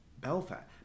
Belfast